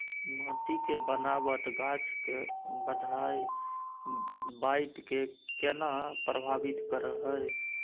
माटी के बनावट गाछ के बाइढ़ के केना प्रभावित करय हय?